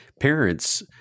parents